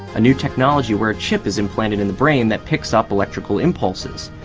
a new technology where a chip is implanted in the brain that picks up electrical impulses.